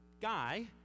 guy